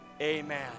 Amen